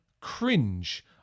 Cringe